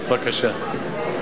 בבקשה.